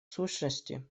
сущности